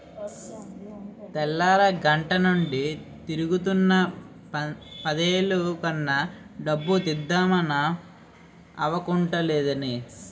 తెల్లారగట్టనుండి తిరుగుతున్నా పదేలు కన్నా డబ్బు తీద్దమంటే అవకుంటదేంటిదీ?